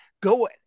go